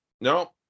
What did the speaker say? no